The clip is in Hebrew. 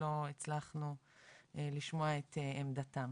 לא הצלחנו לשמוע את עמדתם.